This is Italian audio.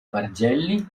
bargelli